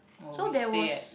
so there was